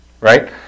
right